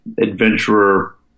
adventurer